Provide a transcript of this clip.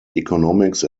economics